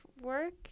work